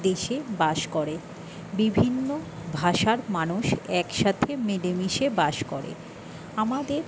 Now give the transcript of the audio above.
দেশে বাস করে বিভিন্ন ভাষার মানুষ একসাথে মিলেমিশে বাস করে আমাদের